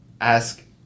ask